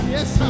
Yes